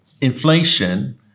inflation